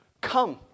come